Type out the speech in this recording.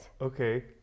Okay